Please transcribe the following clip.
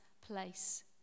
place